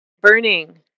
burning